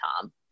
Tom